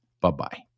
Bye-bye